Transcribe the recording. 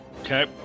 Okay